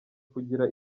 kugira